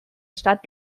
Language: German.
stadt